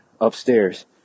upstairs